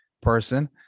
person